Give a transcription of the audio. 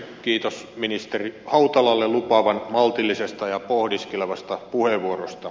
kiitos ministeri hautalalle lupaavan maltillisesta ja pohdiskelevasta puheenvuorosta